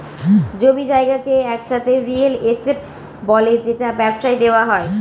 জমি জায়গাকে একসাথে রিয়েল এস্টেট বলে যেটা ব্যবসায় দেওয়া হয়